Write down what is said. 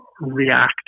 react